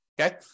Okay